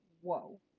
whoa